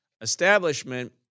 establishment